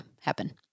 happen